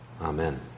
Amen